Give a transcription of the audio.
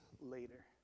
later